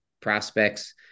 prospects